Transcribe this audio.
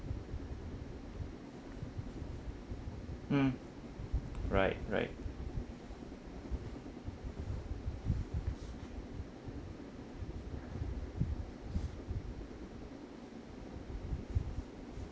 mm right right